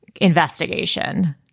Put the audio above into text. investigation